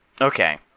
Okay